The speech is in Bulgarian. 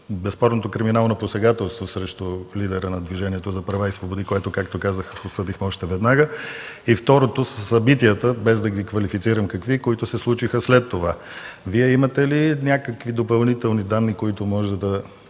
безспорното криминално посегателство срещу лидера на Движението за права и свободи, което, както казах, осъдихме още веднага. Вторият са събитията, без да ги квалифицирам какви, които се случиха след това. Вие имате ли някакви допълнителни данни, които може да